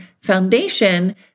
foundation